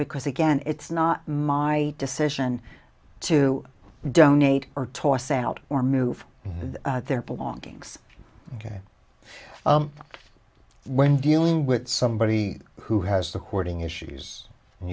because again it's not my decision to donate or toss out or move their belongings ok when dealing with somebody who has the hoarding issues and